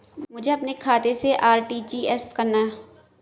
मुझे अपने खाते से आर.टी.जी.एस करना?